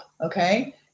Okay